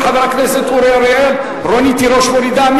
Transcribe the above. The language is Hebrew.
של חבר הכנסת אורי אריאל, רונית תירוש מורידה.